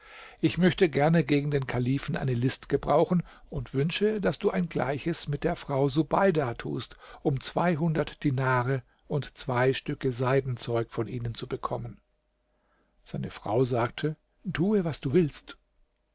ich möchte gerne gegen den kalifen eine list gebrauchen und wünsche daß du ein gleiches mit der frau subeida tust um zweihundert dinare und zwei stücke seidenzeug von ihnen zu bekommen seine frau sagte tue was du willst